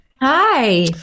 Hi